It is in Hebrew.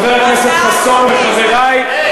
אל תאשים רק את, חבר הכנסת חסון וחברי, הבעיה